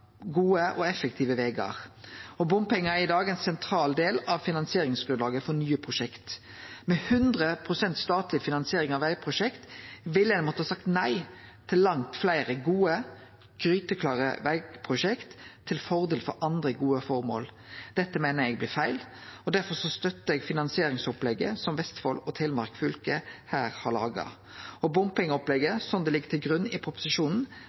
gode og effektive vegar på. Bompengar er i dag ein sentral del av finansieringsgrunnlaget for nye prosjekt. Med 100 pst. statleg finansiering av vegprosjekt ville ein måtte seie nei til langt fleire gode, gryteklare vegprosjekt til fordel for andre gode formål. Dette meiner eg blir feil, og derfor støttar eg finansieringsopplegget som Vestfold og Telemark fylke her har laga. Bompengeopplegget, som det ligg til grunn i proposisjonen,